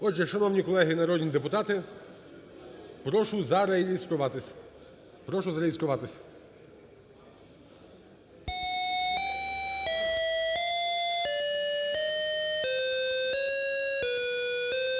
Отже, шановні колеги народні депутати, прошу зареєструватися, прошу зареєструватися.